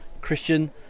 Christian